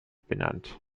benannt